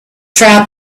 try